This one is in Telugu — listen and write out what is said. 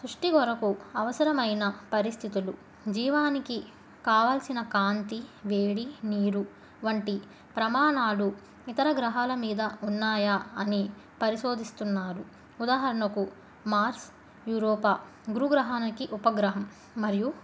సృష్టి వరకు అవసరమైన పరిస్థితులు జీవానికి కావాల్సిన కాంతి వేడి నీరు వంటి ప్రమాణాలు ఇతర గ్రహాల మీద ఉన్నాయా అని పరిశోధిస్తున్నారు ఉదాహరణకు మార్స్ యూరోపా గురు గ్రహానికి ఉపగ్రహం మరియు